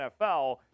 NFL